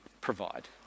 provide